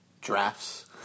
drafts